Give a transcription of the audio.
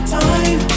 time